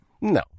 No